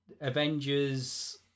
Avengers